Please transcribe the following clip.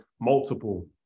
multiple